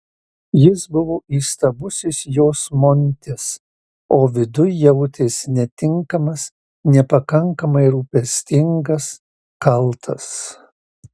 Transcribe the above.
jis buvo įstabusis jos montis o viduj jautėsi netinkamas nepakankamai rūpestingas kaltas